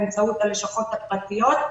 באמצעות הלשכות הפרטיות,